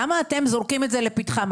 למה אתם זורקים את זה לפתחם?